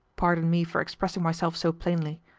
pardon me for expressing myself so plainly.